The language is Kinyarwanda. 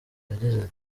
yagize